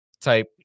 type